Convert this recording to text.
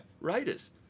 Raiders